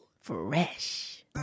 fresh